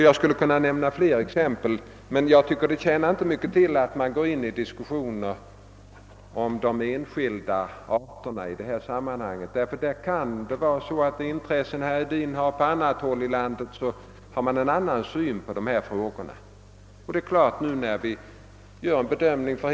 Jag skulle kunna nämna fler exempel men det tjänar inte mycket till att i detta sammanhang diskutera de enskilda arterna. I den del av landet som herr Hedin kommer från har man kanske en syn på dessa frågor och i andra delar av landet har man en annan syn på dem.